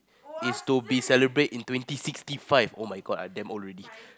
is to be celebrate in twenty sixty five oh-my-God I damn old already